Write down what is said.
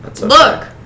Look